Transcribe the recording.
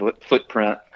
footprint